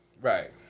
Right